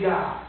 God